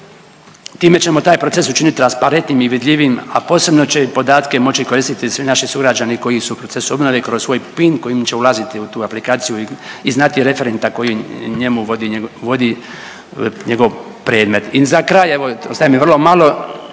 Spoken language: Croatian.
Time ćemo taj proces učiniti transparentnim i vidljivim, a posebno će podatke moći koristiti svi naši sugrađani koji su u procesu obnove kroz svoj PIN kojim će ulaziti u tu aplikaciju i znati referenta koji njemu vodi, vodi njegov predmet. I za kraj evo ostaje mi vrlo malo